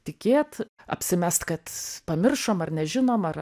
tikėt apsimest kad pamiršom ar nežinom ar